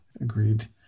Agreed